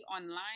online